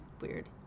weird